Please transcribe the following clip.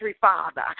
Father